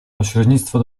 pośrednictwo